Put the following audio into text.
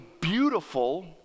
beautiful